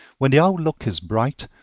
when the outlook is bright,